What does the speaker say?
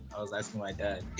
i was asking my dad,